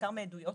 בעיקר מהעדויות